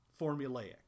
formulaic